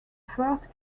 first